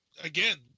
again